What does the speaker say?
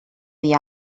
dia